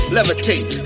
Levitate